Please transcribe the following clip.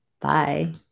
Bye